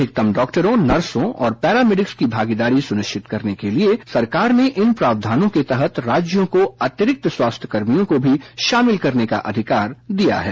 अधिकतम डॉक्टरों नर्सों और पैरामेडिकित्स की भागीदारी सुनिश्चित करने के लिए सरकार ने इन प्रावधानों के तहत राज्यों को अतिरिक्त स्वास्थ्य कर्मियों को भी शामिल करने का अधिकार दिया है